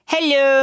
Hello